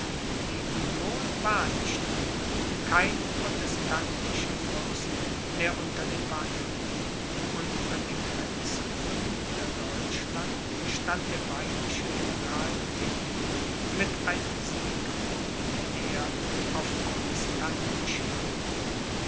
die union war nicht mehr kein protestantischer fürst mehr unter den waffen und an den grenzen von niederdeutschland stand der bayerische general tilly mit einem sieggewohnten heer auf protestantischem boden